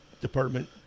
department